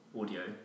audio